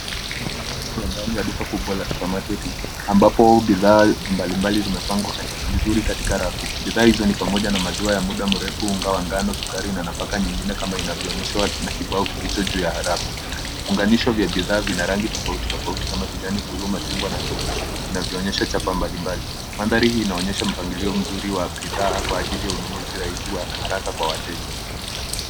Naona sehemu ya ndani ya duka kubwa la supamaketi ambapo bidhaa mbalimbali zimepangwa vizuri katika rafu. Bidhaa hizo ni pamoja na maziwa ya muda mrefu, unga wa ngano, sukari na nafaka ingine kama inavyoonyeshwa na kibao kilicho juu ya rafu. Vifunganisho vya bidhaa vina rangi tofautitofauti kama kijani, buluu, machungwa na nyeupe vinavyoonyesha chapa mbalimbali. Mandhari hii inaonyesha mpagilio mzuri wa bidhaa kwa ajili ya ununuzi rahisi na wa wa haraka kwa wateja.